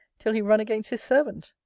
till he run against his servant.